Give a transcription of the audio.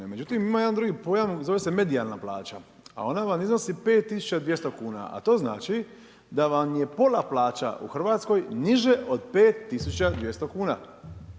Međutim ima jedan drugi pojam, zove se medijalna plaća a ona vam iznosi 5200 kuna. A to znači da vam je pola plaća u Hrvatskoj niže od 5200 kuna.